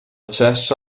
cessa